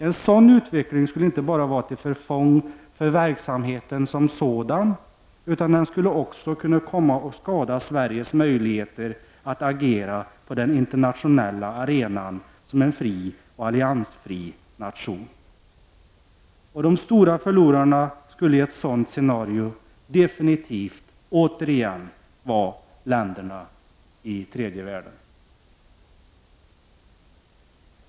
En sådan utveckling skulle inte vara till förfång bara för verksamheten som sådan, utan den skulle också kunna komma att skada Sveriges möjligheter att agera på den internationella arenan som en fri och alliansfri nation. De stora förlorarna i ett sådant scenario skulle med säkerhet återigen vara länderna i tredje världen.